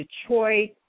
Detroit